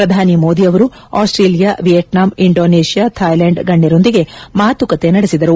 ಪ್ರಧಾನಿ ಮೋದಿ ಅವರು Australia Vietnam Indonesia Thailand ಗಣ್ಯರೊಂದಿಗೆ ಮಾತುಕತೆ ನಡೆಸಿದರು